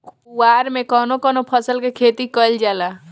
कुवार में कवने कवने फसल के खेती कयिल जाला?